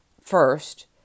first